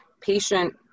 patient